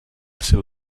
seu